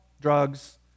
drugs